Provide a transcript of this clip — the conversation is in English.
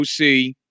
OC